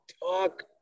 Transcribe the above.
talk